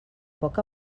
poc